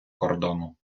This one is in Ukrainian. кордону